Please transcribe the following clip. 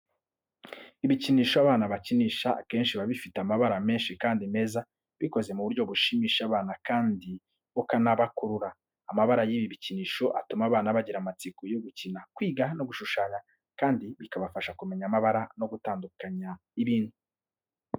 Ibikinisho abana bakinisha akenshi biba bifite amabara menshi kandi meza, bikoze mu buryo bushimisha abana kandi bukabakurura. Amabara y'ibi bikinisho, atuma abana bagira amatsiko yo gukina, kwiga no gushushanya, kandi bikabafasha kumenya amabara no gutandukanya ibintu.